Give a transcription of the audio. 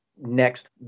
next